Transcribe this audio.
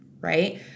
Right